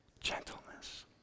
Gentleness